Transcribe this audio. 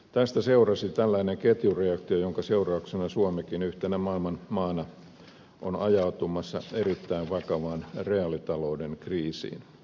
tästä seurasi tällainen ketjureaktio jonka seurauksena suomikin yhtenä maailman maana on ajautumassa erittäin vakavaan reaalitalouden kriisiin